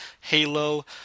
Halo